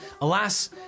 alas